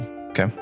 Okay